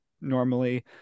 normally